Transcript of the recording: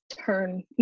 turn